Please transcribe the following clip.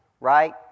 Right